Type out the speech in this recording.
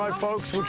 um folks.